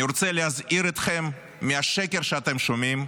אני רוצה להזהיר אתכם מהשקר שאתם שומעים,